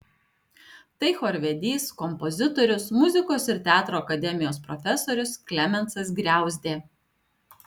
tai chorvedys kompozitorius muzikos ir teatro akademijos profesorius klemensas griauzdė